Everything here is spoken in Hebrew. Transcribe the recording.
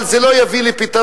אבל זה לא יביא לפתרון,